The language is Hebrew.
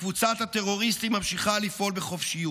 וקבוצת הטרוריסטים ממשיכה לפעול בחופשיות.